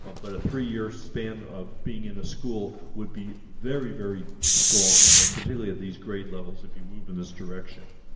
ah but a three year span of being in a school would be very, very strong and particularly at these grade levels if you move in this direction.